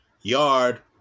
Yard